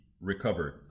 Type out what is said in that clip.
recovered